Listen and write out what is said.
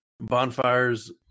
Bonfires